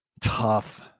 tough